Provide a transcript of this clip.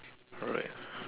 alright